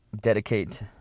dedicate